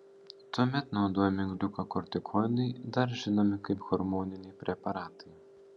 tuomet naudojami gliukokortikoidai dar žinomi kaip hormoniniai preparatai